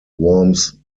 warms